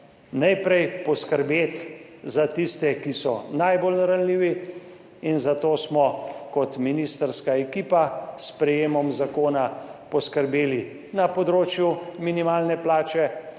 najprej poskrbeti za tiste, ki so najbolj ranljivi in zato smo kot ministrska ekipa s sprejemom zakona poskrbeli na področju minimalne plače,